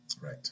Right